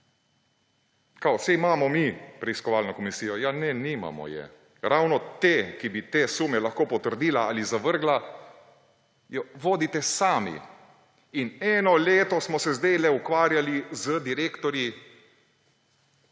kao imamo preiskovalno komisijo. Ne, nimamo je. Ravno to, ki bi te sume lahko potrdila ali zavrgla, jo vodite sami. In eno leto smo se zdajle ukvarjali z direktorji